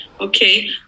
Okay